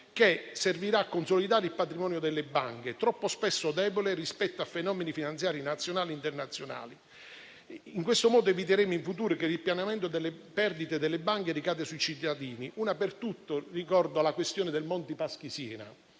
che servirà a consolidare il loro patrimonio, troppo spesso debole rispetto a fenomeni finanziari nazionali e internazionali. In questo modo eviteremo in futuro che il ripianamento delle perdite delle banche ricada sui cittadini: una per tutte ricordo la vicenda del Monte dei Paschi di Siena.